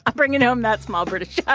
ah bringing home that small british ah